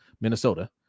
Minnesota